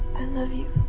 love you